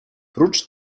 prócz